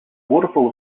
waterfall